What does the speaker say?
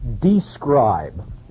describe